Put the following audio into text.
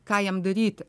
ką jam daryti